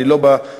אני לא בא בשפיטה,